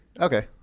okay